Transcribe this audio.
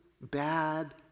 bad